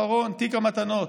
אחרון, תיק המתנות.